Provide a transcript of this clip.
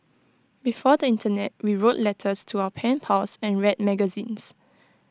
before the Internet we wrote letters to our pen pals and read magazines